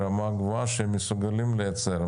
ברמה גבוהה שמסוגלים לייצר.